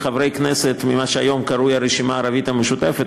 אף אחד מחברי הכנסת ממה שהיום קרוי הרשימה הערבית המשותפת,